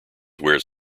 wears